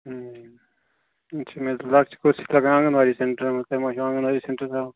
اۭں آچھا مےٚ دوٚپ لَکچہٕ کُرسی چھِ لَگان آنٛگن واڑی سیٚنٹرن منٛز تۄہہِ ما چھُو آنٛگن واڑی سیٚنٹر ترٛاوُن